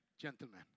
gentlemen